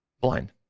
blind